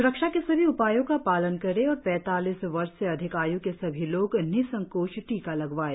स्रक्षा के सभी उपायों का पालन करें और पैतालीस वर्ष से अधिक आय् के सभी लोग निसंकोच टीका लगवाएं